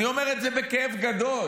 אני אומר את זה בכאב גדול,